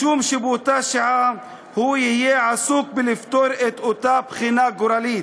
משום שבאותה שעה הוא יהיה עסוק בלפתור את אותה בחינה גורלית.